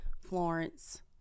Florence